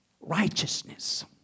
Righteousness